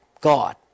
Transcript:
God